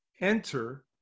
enter